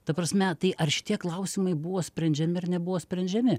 ta prasme tai ar šitie klausimai buvo sprendžiami ar nebuvo sprendžiami